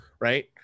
Right